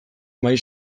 mahai